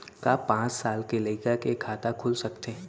का पाँच साल के लइका के खाता खुल सकथे?